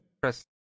press